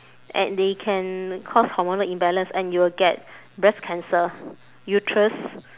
and they can cause hormonal imbalance and you will get breast cancer uterus